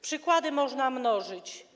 Przykłady można mnożyć.